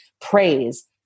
praise